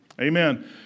Amen